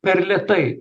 per lėtai